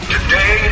Today